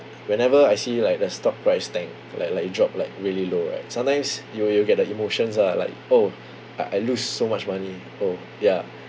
whenever I see like the stock price tank like like drop like really low right sometimes you will you'll get the emotions ah like oh I I lose so much money oh ya